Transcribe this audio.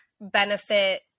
benefit